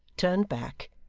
turned back,